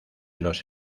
los